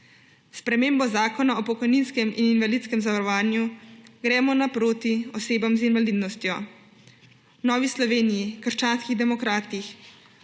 spremembo Zakona o pokojninskem in invalidskem zavarovanju gremo naproti osebam z invalidnostjo. V Novi Sloveniji – krščanskih demokratih